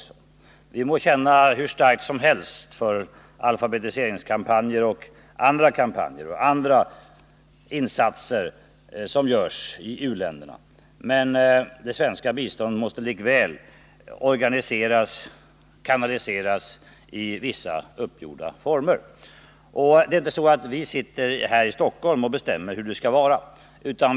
Vi må känna hur starkt som helst för alfabetiseringskampanjer och andra insatser som görs i u-länderna. Det svenska biståndet måste likväl organiseras och kanaliseras i vissa uppgjorda former. Det är inte så att vi sitter här i Stockholm och bestämmer hur det skall vara.